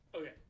okay